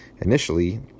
Initially